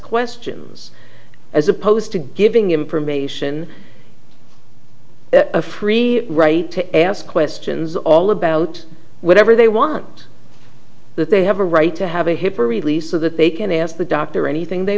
questions as opposed to giving information a free right to ask questions all about whatever they want that they have a right to have a hip or really so that they can ask the doctor anything they